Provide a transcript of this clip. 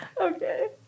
Okay